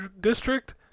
district